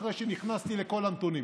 אחרי שנכנסתי לכל הנתונים.